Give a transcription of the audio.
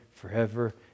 forever